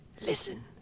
Listen